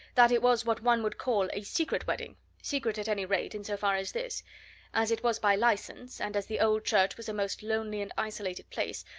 that it was what one would call a secret wedding secret, at any rate, in so far as this as it was by licence, and as the old church was a most lonely and isolated place,